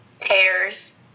pears